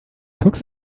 tux